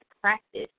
practice